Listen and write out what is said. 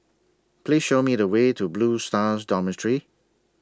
Please Show Me The Way to Blue Stars Dormitory